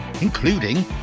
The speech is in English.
including